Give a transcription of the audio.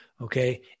Okay